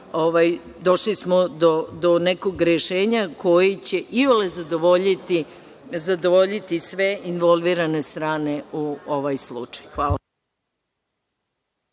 došli smo do nekog rešenja koje će iole zadovoljiti sve involvirane strane u ovom slučaju. Hvala.